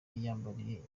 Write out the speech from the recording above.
yiyambariye